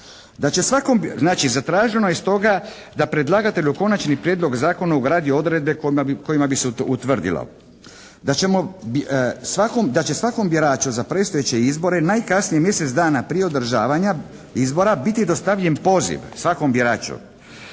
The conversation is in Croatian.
Znači zatraženo je stoga da predlagatelj u konačni prijedlog zakona ugradi odredbe kojima bi se utvrdilo da će svakom biraču za predstojeće izbore najkasnije mjesec dana prije održavanja izbora biti dostavljen poziv svakom biraču